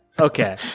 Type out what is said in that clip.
okay